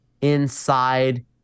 inside